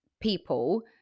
people